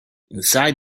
inside